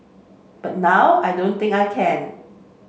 but now I don't think I can